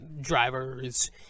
drivers